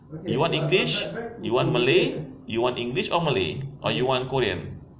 you want english you want malay you want english or malay or you want korean